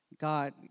God